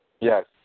Yes